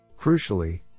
Crucially